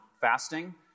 fasting